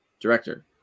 director